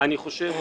אני חושב,